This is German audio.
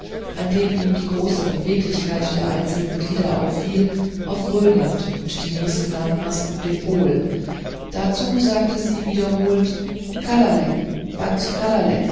an dem ihm die große beweglichkeit der einzelnen glieder auffiel auf grönland und die nächsten landmassen um den pol dazu sagte sie wiederholt